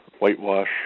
whitewash